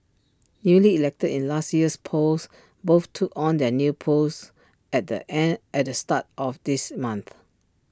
newly elected in last year's polls both took on their new posts at the end at the start of this month